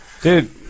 dude